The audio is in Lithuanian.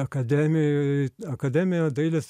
akademijoj akademijoj dailės